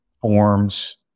forms